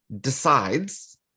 decides